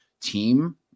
team